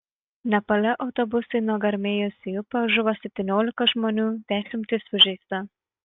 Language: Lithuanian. nepale autobusui nugarmėjus į upę žuvo septyniolika žmonių dešimtys sužeista